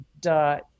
dot